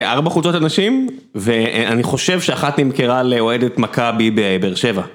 ארבע חולצות אנשים ואני חושב שאחת נמכרה לאוהדת מכבי באר שבע.